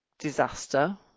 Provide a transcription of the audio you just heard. disaster